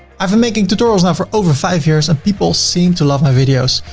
i've been making tutorials now for over five years and people seem to love my videos.